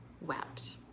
wept